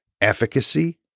efficacy